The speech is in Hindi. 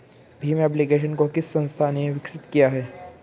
भीम एप्लिकेशन को किस संस्था ने विकसित किया है?